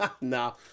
No